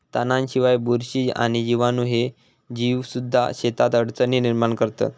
तणांशिवाय, बुरशी आणि जीवाणू ह्ये जीवसुद्धा शेतात अडचणी निर्माण करतत